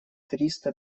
триста